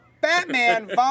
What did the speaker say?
Batman